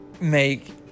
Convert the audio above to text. make